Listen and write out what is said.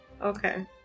Okay